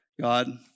God